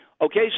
Okay